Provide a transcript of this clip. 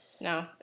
No